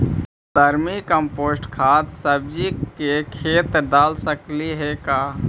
Vermi compost खाद सब्जी के खेत दाल सकली हे का?